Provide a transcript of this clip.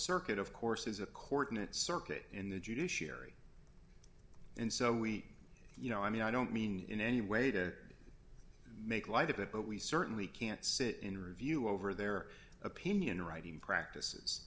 circuit of course is a court in its circuit in the judiciary and so we you know i mean i don't mean in any way to make light of it but we certainly can't sit in review over their opinion writing practices